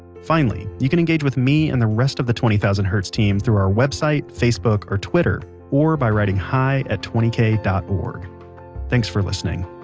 finally, you can engage with me and the rest of the twenty thousand hertz team through our website, facebook, twitter or by writing hi at twenty kay dot org thanks for listening